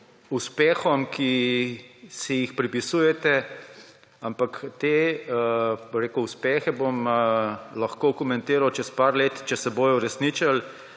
uspehom, ki si jih pripisujete, ampak te uspehe bom lahko komentiral čez nekaj let, če se bodo uresničili,